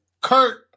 Kurt